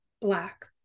Black